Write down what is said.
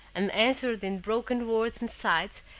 and answered in broken words and sighs,